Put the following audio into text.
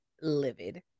livid